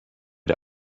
der